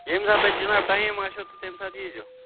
ییٚمہِ ساتہٕ تۄہہِ جِناب ٹایم آسو تہٕ تَمہِ ساتہٕ ییٖزیٚو